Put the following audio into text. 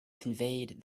conveyed